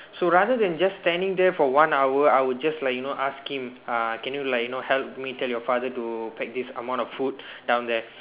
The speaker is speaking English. so rather than just standing there for one hour I will just like you know ask him uh can you like you know help me tell your father to you know help me pack this amount of food down there